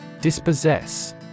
Dispossess